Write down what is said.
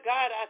God